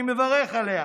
אני מברך עליה.